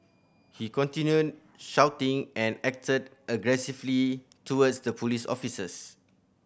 he continued shouting and acted aggressively towards the police officers